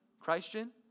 Christian